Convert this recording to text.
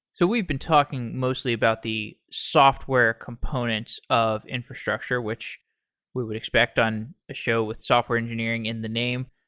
so we've been talking mostly about the software components of infrastructure, which we would expect on a show with software engineering in the name.